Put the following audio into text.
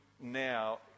now